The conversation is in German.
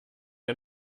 der